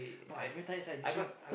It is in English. [oh]I very tired sia in this room